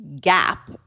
gap